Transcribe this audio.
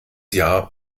jahr